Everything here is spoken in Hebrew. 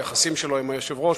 היחסים שלו עם היושב-ראש,